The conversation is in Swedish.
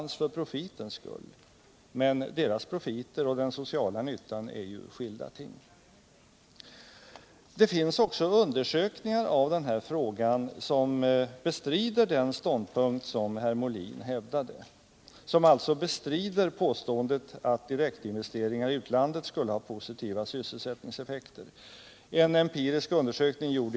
De gör det därför att de skall få så lönsam användning som möjligt av sina stora profiter. Storföretagen investerar utomlands för profitens skull.